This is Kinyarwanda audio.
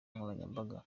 nkoranyambaga